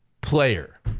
player